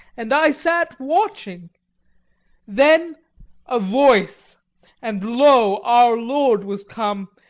and i sat watching then a voice and lo, our lord was come,